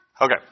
Okay